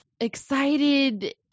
excited